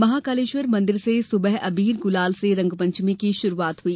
महाकालेश्वर मंदिर से सुबह अबीर गुलाल से रंगपंचमी की शुरुआत हुई